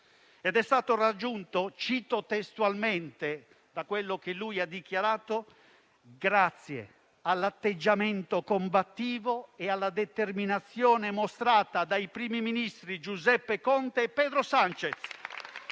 È stato raggiunto - cito testualmente ciò che lui ha dichiarato - grazie all'atteggiamento combattivo e alla determinazione mostrata dai primi ministri Giuseppe Conte e Pedro Sanchez,